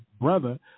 brother